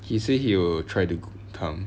he said he will try to come